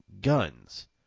guns